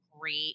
great